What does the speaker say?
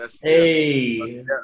Hey